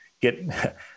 get